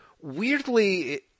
weirdly